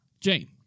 Jane